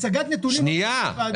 הצגת נתונים לא נכונה.